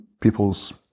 people's